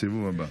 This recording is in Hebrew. בסיבוב הבא.